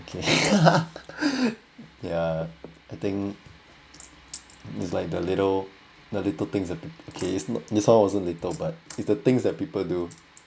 okay ya I think is like the little the little things that okay this one wasn't little but it's the things that people do